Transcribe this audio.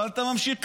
ואתה ממשיך כרגיל.